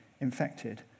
infected